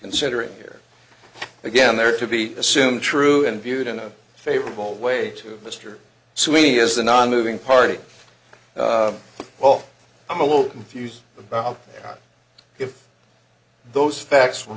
considering here again there to be assumed true and viewed in a favorable way to mr sweeney is the nonmoving party well i'm a little confused about if those facts